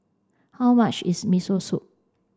how much is Miso Soup